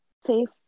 safe